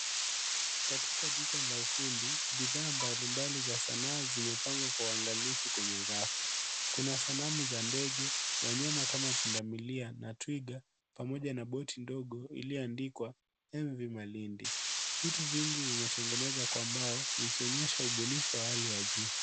Katika duka la ufundi, bidhaa mbalimbali za sanaa zimepangwa kwa uangalifu kwenye rafu. Kuna sanamu za ndege, wanyama kama pundamilia na twiga, pamoja na boti ndogo iliyoandikwa Envy Malindi. Vitu vingi vimetengenezwa kwa mbao, vikionyesha ubunifu wa hali ya juu.